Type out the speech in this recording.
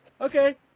okay